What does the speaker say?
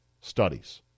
studies